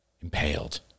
impaled